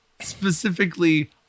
specifically